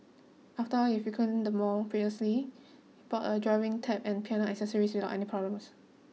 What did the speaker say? after all he frequented the mall previously and bought a drawing tab and piano accessories without any problems